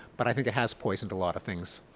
but i think it has poisoned a lot of things.